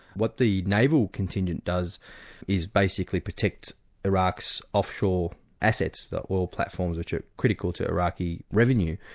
what the naval contingent does is basically protect iraq's offshore assets, the oil platforms which are critical to iraqi revenue.